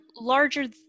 larger